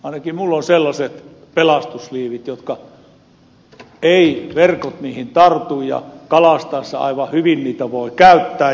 ainakin minulla on sellaiset pelastusliivit joihin eivät verkot tartu ja kalastaessa aivan hyvin niitä voi käyttää